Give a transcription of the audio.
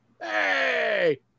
Hey